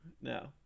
no